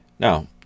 Now